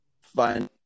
Fine